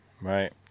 right